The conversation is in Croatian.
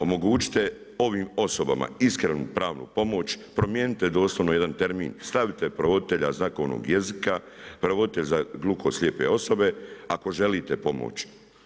Omogućite ovim osobama iskrenu pravnu pomoć promijenit doslovno jedan termin, stavite prevoditelja znakovnog jezika, prevoditelja za gluho-slijepe osobe ako želite pomoć.